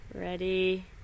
Ready